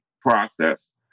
process